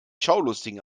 schaulustigen